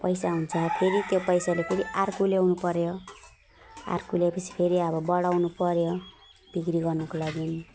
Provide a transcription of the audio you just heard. पैसा हुन्छ फेरि त्यो पैसाले फेरि अर्को ल्याउनु पर्यो अर्को ल्याए पछि फेरि अब बढाउनु पर्यो बिक्री गर्नुको लागि